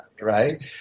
right